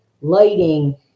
lighting